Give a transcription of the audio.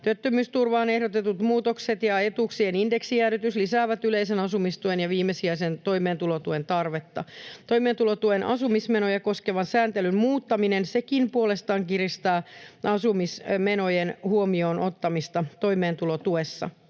Työttömyysturvaan ehdotetut muutokset ja etuuksien indeksijäädytys lisäävät yleisen asumistuen ja viimesijaisen toimeentulotuen tarvetta. Toimeentulotuen asumismenoja koskevan sääntelyn muuttaminen kiristää sekin puolestaan asumismenojen huomioonottamista toimeentulotuessa.